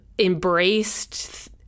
embraced